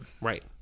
Right